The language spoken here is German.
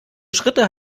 schritte